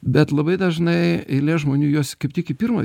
bet labai dažnai eilė žmonių juos kaip tik į pirmą